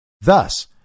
Thus